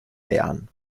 bern